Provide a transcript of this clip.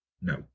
No